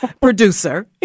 producer